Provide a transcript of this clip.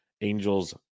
Angels